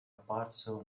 apparso